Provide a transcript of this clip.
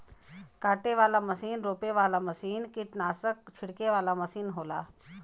काटे वाला मसीन रोपे वाला मसीन कीट्नासक छिड़के वाला मसीन होला